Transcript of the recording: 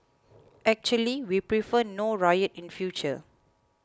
actually we prefer no riot in future